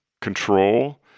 control